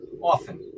Often